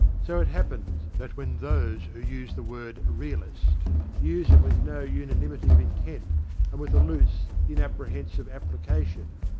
so it happens that when those who use the word realist use it with no unanimity of intent and with a loose, inapprehensive application,